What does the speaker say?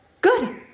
Good